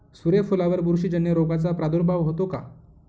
सूर्यफुलावर बुरशीजन्य रोगाचा प्रादुर्भाव होतो का?